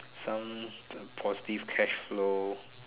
some positive cashflow